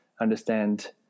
understand